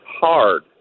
hard